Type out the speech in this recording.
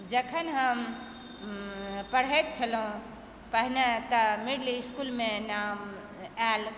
जखन हम पढ़ैत छलहुँ पहिने तऽ मिडिल इस्कूलमे नाम आयल